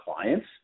clients